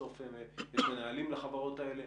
בסוף יש מנהלים לחברות האלה